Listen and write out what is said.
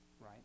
right